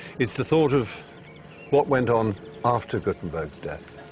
it's the thought of what went on after gutenberg's death.